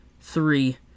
Three